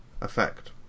effect